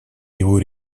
его